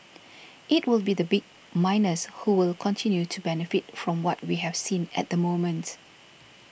it will be the big miners who will continue to benefit from what we have seen at the moment